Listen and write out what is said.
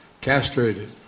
castrated